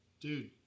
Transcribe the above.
dude